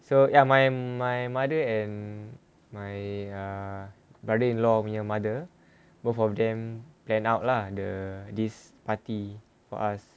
so ya my my mother and my uh brother-in-law punya mother both of them plan out lah the this party for us